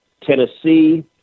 Tennessee